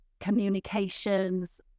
communications